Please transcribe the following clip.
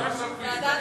ועדת הכספים.